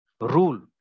rule